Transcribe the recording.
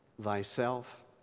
thyself